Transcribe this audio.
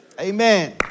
Amen